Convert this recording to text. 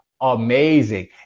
amazing